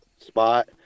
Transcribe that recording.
spot